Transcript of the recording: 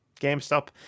GameStop